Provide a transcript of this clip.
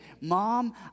Mom